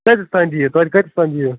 کٍتِس تام دِیِو توتہِ کٍتِس تام دِیِو